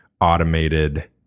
automated